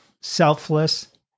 selfless